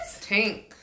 Tank